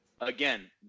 Again